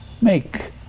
Make